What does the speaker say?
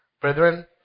Brethren